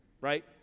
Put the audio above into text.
Right